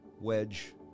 Wedge